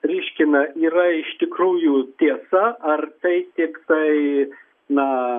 ryškina yra iš tikrųjų tiesa ar tai tiktai na